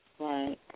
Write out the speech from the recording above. Right